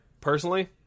Personally